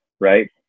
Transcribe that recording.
right